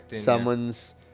Someone's